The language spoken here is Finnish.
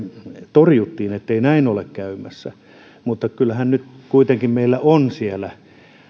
torjuttiin ettei näin ole käymässä mutta kyllähän nyt kuitenkin meillä on siellä